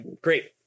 great